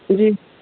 जी